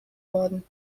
worden